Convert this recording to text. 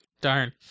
Darn